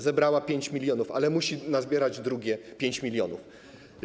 Zebrała 5 mln zł, ale musi nazbierać drugie 5 mln zł.